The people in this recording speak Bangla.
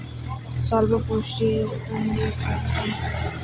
স্বল্প পুজিঁর ব্যাঙ্ক কোনগুলি?